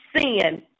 sin